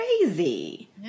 crazy